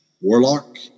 Warlock